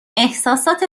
احساسات